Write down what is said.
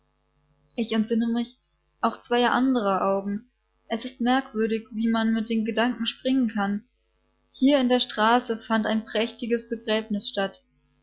ich entsinne mich auch zweier anderer augen es ist merkwürdig wie man mit den gedanken springen kann hier in der straße fand ein prächtiges begräbnis statt